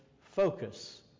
focus